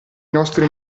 nostri